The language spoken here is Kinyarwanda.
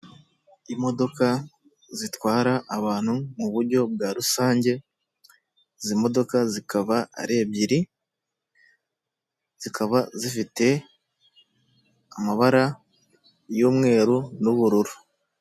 Imodoka zitwara abantu mu buryo bwa rusange izi modoka zikaba ari ebyiri zikaba zifite amabara y'umweru n'ubururu.